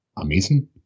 amazing